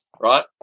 right